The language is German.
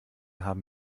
haben